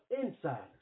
insiders